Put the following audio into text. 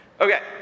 Okay